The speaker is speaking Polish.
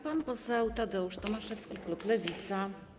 Pan poseł Tadeusz Tomaszewski, klub Lewica.